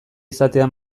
izatea